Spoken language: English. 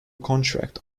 contract